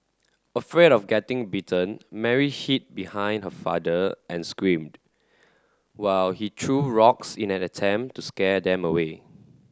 afraid of getting bitten Mary hid behind her father and screamed while he threw rocks in an attempt to scare them away